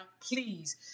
please